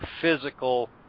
physical